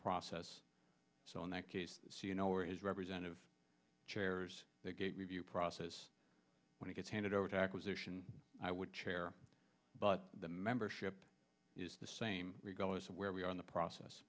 process so in that case you know where is representative chairs that get review process when it gets handed over to acquisition i would chair but the membership is the same regardless of where we are in the process